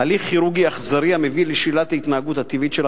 הליך כירורגי אכזרי המביא לשלילת ההתנהגות הטבעית של החתולים.